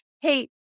hey